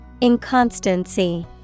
Inconstancy